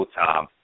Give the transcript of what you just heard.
time